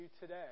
today